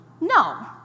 No